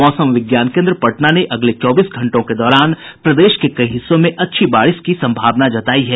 मौसम विज्ञान केन्द्र पटना ने अगले चौबीस घंटों के दौरान प्रदेश के कई हिस्सों में अच्छी बारिश की संभावना जतायी है